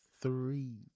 three